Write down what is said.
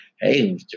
hey